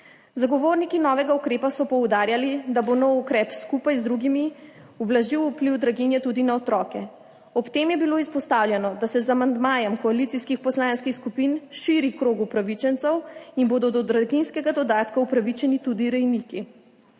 Zagovorniki novega ukrepa so poudarjali, da bo nov ukrep skupaj z drugimi ublažil vpliv draginje tudi na otroke. Ob tem je bilo izpostavljeno, da se z amandmajem koalicijskih poslanskih skupin širi krog upravičencev in bodo do draginjskega dodatka upravičeni tudi rejniki.